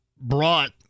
brought